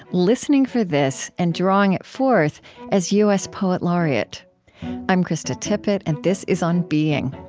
listening for this, and drawing it forth as u s poet laureate i'm krista tippett, and this is on being.